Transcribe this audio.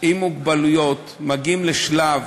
עם מוגבלויות מגיעים לשלב